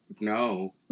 no